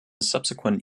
subsequent